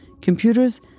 Computers